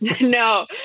No